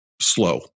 slow